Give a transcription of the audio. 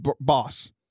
boss